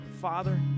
Father